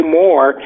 more